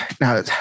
now